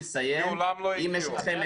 מעולם לא הגיעו.